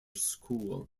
school